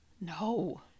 no